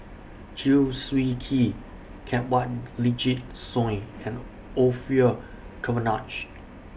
Chew Swee Kee Kanwaljit Soin and Orfeur Cavenagh